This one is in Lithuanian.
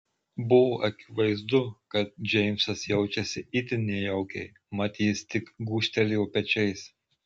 buvo akivaizdu kad džeimsas jaučiasi itin nejaukiai mat jis tik gūžtelėjo pečiais